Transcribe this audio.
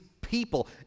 people